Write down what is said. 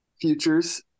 Futures